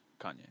Kanye